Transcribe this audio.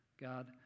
God